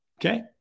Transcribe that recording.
Okay